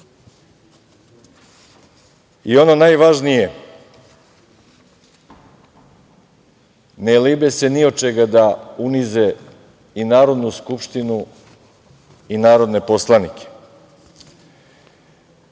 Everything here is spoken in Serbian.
najvažnije, ne libe se ni od čega da unize Narodnu skupštinu i narodne poslanike.